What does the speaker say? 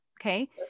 okay